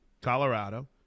Colorado